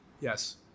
Yes